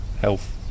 health